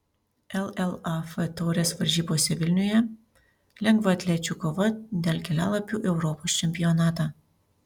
llaf taurės varžybose vilniuje lengvaatlečių kova dėl kelialapių į europos čempionatą